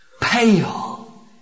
pale